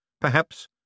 perhaps